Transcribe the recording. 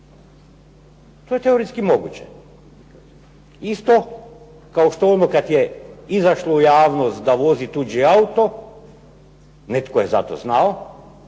To je teorijski moguće. Isto kao što ono kad je izašlo u javnost da vozi tuđi auto, netko je za to znao,